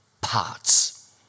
parts